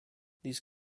these